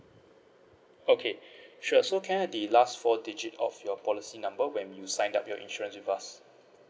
okay sure so can I have the last four digit of your policy number when you sign up your insurance with us